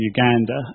Uganda